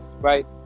right